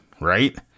right